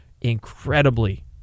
incredibly